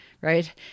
right